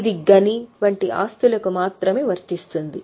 ఇది గని వంటి ఆస్తులకు మాత్రమే వర్తిస్తుంది